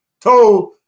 told